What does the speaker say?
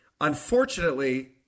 Unfortunately